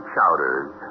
Chowders